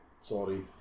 Sorry